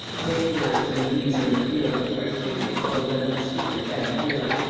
many words, when deeds are in the field, are tedious both unto the speaker and hearer.